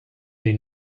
dei